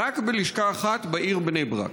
רק בלשכה אחת, בעיר בני ברק.